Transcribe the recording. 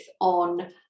on